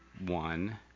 one